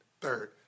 third